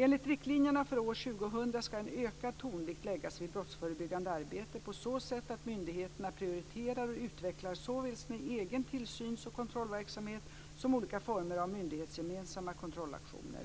Enligt riktlinjerna för år 2000 ska en ökad tonvikt läggas vid brottsförebyggande arbete på så sätt att myndigheterna prioriterar och utvecklar såväl sin egen tillsyns och kontrollverksamhet som olika former av myndighetsgemensamma kontrollaktioner.